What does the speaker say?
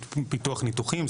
ביטוח ניתוחים.